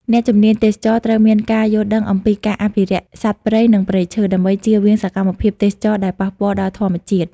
អ្នកជំនាញទេសចរណ៍ត្រូវមានការយល់ដឹងអំពីការអភិរក្សសត្វព្រៃ និងព្រៃឈើ ដើម្បីចៀសវាងសកម្មភាពទេសចរណ៍ដែលប៉ះពាល់ដល់ធម្មជាតិ។